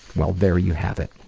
well there you have it.